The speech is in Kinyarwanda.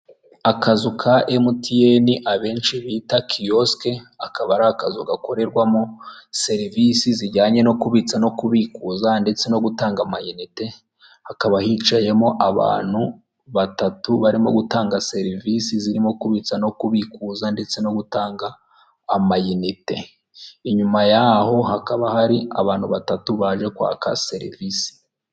Akazu ka emutiyene abenshi bita kiyosike akaba ari akazu gakorerwamo serivisi zijyanye no kubitsa no kubikuza ndetse no gutanga mayinite, hakaba hicayemo abantu batatu barimo gutanga serivisi zirimo kubitsa no kubikuza ndetse no gutanga amayinite, inyuma yaho hakaba hari abantu batatu baje kwaka serivisi.